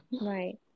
Right